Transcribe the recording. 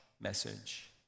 message